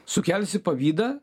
sukelsi pavydą